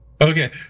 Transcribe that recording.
Okay